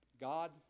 God